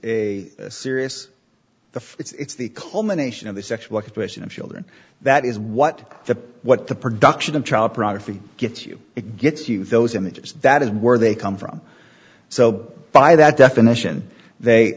is serious the it's the culmination of the sexual exploitation of children that is what the what the production of child pornography gets you it gets you those images that is where they come from so by that definition they